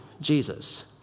Jesus